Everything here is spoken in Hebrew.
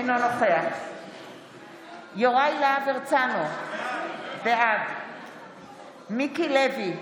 אינו נוכח יוראי להב הרצנו, בעד מיקי לוי,